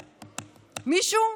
מישהו?